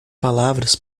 palavras